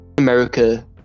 america